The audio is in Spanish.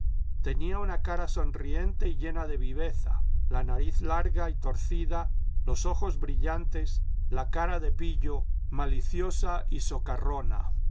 tenía una cara sonriente y llena de viveza la nariz larga y torcida los ojos brillantes la cara de pillo maliciosa y socarrona